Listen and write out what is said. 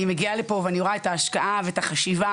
אני מגיעה לפה ואני רואה את ההשקעה ואת החשיבה,